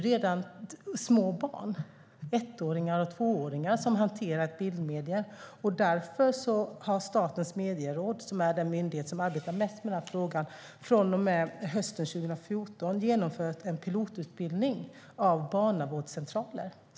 Redan små barn, ettåringar och tvååringar, hanterar bildmedier. Därför har Statens medieråd, den myndighet som arbetar mest med denna fråga, sedan hösten 2014 genomfört en pilotutbildning av barnavårdscentraler.